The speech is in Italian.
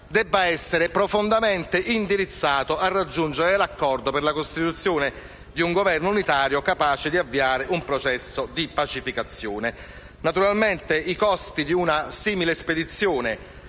debba essere profondamente indirizzato a raggiungere l'accordo per la costituzione di un Governo unitario capace di avviare un processo di pacificazione. Naturalmente i costi di una simile spedizione